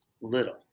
little